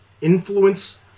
influence